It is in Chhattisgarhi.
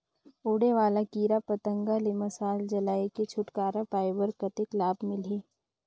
उड़े वाला कीरा पतंगा ले मशाल जलाय के छुटकारा पाय बर कतेक लाभ मिलही?